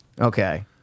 okay